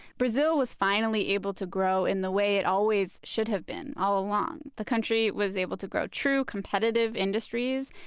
brazil was finally able to grow in the way it always should have been all along. the country was able to grow true, competitive industries,